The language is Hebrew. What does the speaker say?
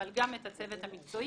אבל גם את הצוות המקצועי,